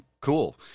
cool